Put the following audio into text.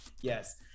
Yes